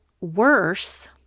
worse